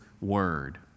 Word